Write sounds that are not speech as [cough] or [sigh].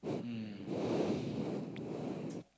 hmm [breath]